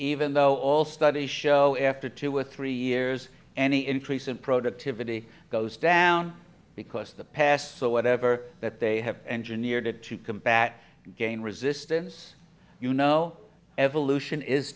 even though all studies show after two or three years any increase in productivity goes down because of the past so whatever that they have engineered to combat gain resistance you know evolution is